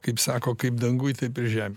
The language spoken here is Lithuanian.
kaip sako kaip danguj taip ir žemėj